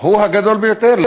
הוא הגדול ביותר.